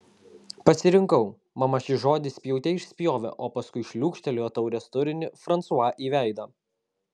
pasirinkau mama šį žodį spjaute išspjovė o paskui šliūkštelėjo taurės turinį fransua į veidą